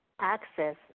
access